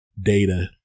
data